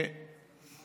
אם